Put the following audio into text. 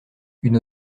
une